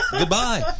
goodbye